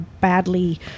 badly